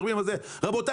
רבותי,